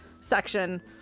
section